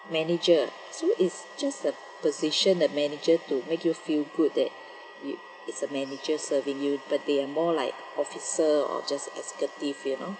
manager so it's just a position that manager to make you feel good that you it's a manager serving you but they are more like officer or just executive you know